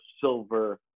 silver